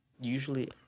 usually